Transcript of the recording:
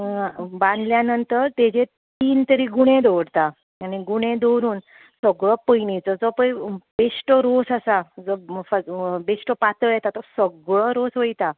बानल्या नंतर तेजेर तीन तरी गुणे दवरता आनी गुणे दवरून सगळो पयनीचो जो पळय बेश्टो रोस आसा जो बेश्टो पातळ येता तो सगळो रोस वयता